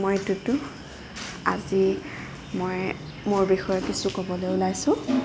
মই টুটু আজি মই মোৰ বিষয়ে কিছু ক'বলৈ ওলাইছো